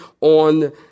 on